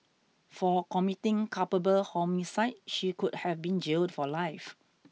for committing culpable homicide she could have been jailed for life